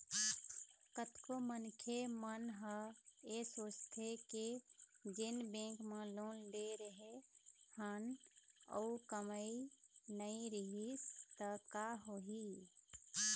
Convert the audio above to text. कतको मनखे मन ह ऐ सोचथे के जेन बेंक म लोन ले रेहे हन अउ कमई नइ रिहिस त का होही